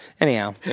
Anyhow